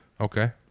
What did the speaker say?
Okay